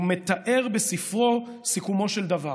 הוא מתאר בספרו האוטוביוגרפי "סיכומו של דבר".